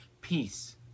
peace